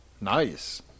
Nice